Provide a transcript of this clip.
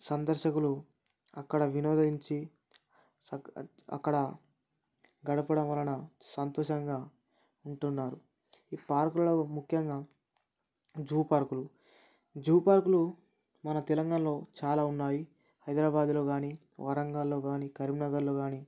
సందర్శకులు అక్కడ వినోదించి అక్కడ గడపడం వలన సంతోషంగా ఉంటున్నారు ఈ పార్క్లు ముఖ్యంగా జూపార్క్లు జూపార్క్లు మన తెలంగాణలో చాలా ఉన్నాయి హైదరాబాద్లో కానీ వరంగల్లో కానీ కరీంనగర్లో కానీ